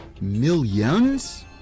millions